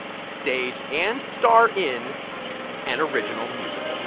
stage and star in an original musical